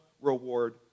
reward